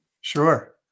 Sure